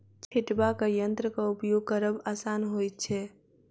छिटबाक यंत्रक उपयोग करब आसान होइत छै